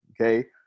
okay